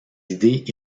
idées